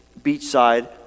beachside